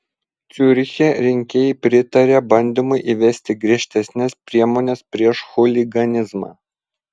ciuriche rinkėjai pritarė bandymui įvesti griežtesnes priemones prieš chuliganizmą